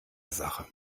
sache